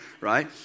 right